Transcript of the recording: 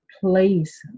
place